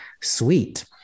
sweet